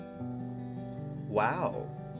Wow